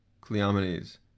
Cleomenes